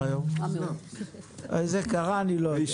זה לא חקלאות, זה